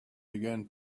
began